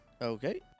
Okay